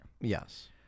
Yes